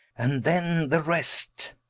and then the rest,